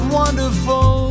wonderful